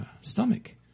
stomach